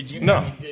No